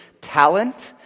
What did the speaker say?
talent